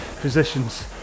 positions